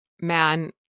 man